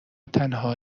تنها